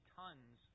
tons